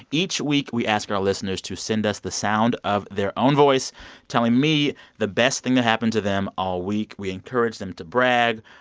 each week, we ask our listeners to send us the sound of their own voice telling me the best thing that happened to them all week. we encourage them to brag.